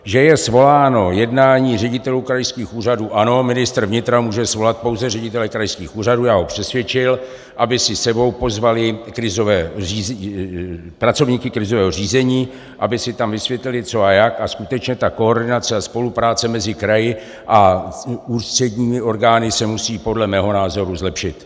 Že je svoláno jednání ředitelů krajských úřadů, ano, ministr vnitra může svolat pouze ředitele krajských úřadů, já ho přesvědčil, aby si s sebou pozvali pracovníky krizového řízení, aby si tam vysvětlili, co a jak, a skutečně ta koordinace a spolupráce mezi kraji a ústředními orgány se musí podle mého názoru zlepšit.